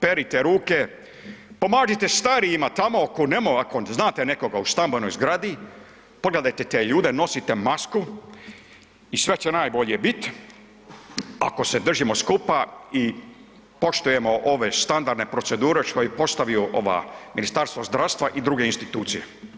Perite ruke, pomažite starijima tamo, ... ako znate nekoga u stambenoj zgradi, pogledajte te ljude, nosite masku i sve će najbolje bit, ako se držimo skupa i poštujemo ove standardne procedure što je postavilo Ministarstvo zdravstva i druge institucije.